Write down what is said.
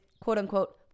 quote-unquote